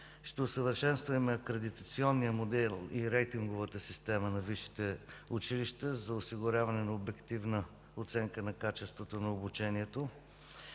ще усъвършенстваме кредитационния модел и рейтинговата система на висшите училища за осигуряване на обективна оценка на качеството на обучението,